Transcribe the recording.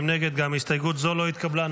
גם הסתייגות זו לא התקבלה.